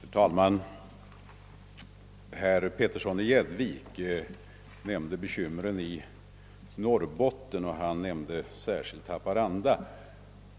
Herr talman! Herr Petersson i Gäddvik nämnde läkarbekymren i Norrbotten och särskilt i Haparanda.